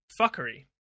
fuckery